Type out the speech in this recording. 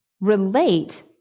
relate